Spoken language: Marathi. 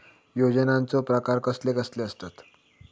योजनांचे प्रकार कसले कसले असतत?